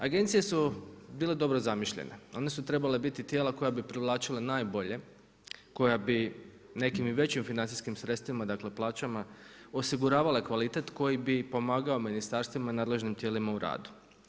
Agencije su bile dobro zamišljene, one su trebale biti tijela koja bi privlačila najbolje, koja bi nekim većim financijskim sredstvima, dakle plaćama osiguravale kvalitet koji bi pomagao ministarstvima i nadležnim tijela u radu.